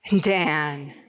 Dan